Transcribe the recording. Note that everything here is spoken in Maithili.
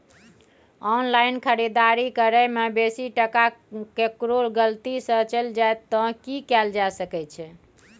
ऑनलाइन खरीददारी करै में बेसी टका केकरो गलती से चलि जा त की कैल जा सकै छै?